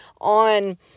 on